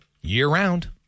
year-round